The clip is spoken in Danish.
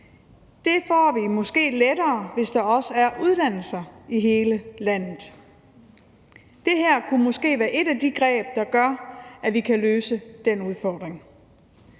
Det får vi måske lettere, hvis der også er uddannelsesinstitutioner i hele landet. Det her kan måske være et af de greb, der gør, at vi kan løse den udfordring.